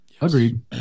Agreed